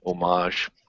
homage